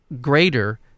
greater